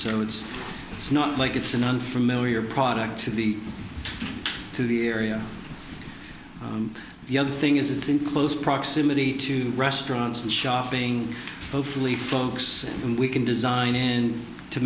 so it's it's not like it's an unfamiliar product to the to the area the other thing is it's in close proximity to restaurants and shopping hopefully folks and we can design and to